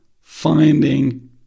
finding